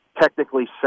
technically